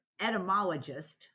etymologist